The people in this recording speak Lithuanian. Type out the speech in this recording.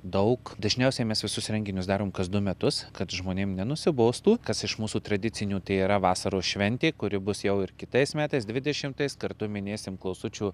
daug dažniausiai mes visus renginius darom kas du metus kad žmonėm nenusibostų kas iš mūsų tradicinių tai yra vasaros šventė kuri bus jau ir kitais metais dvidešimais kartu minėsim klausučių